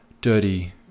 dirty